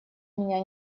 меня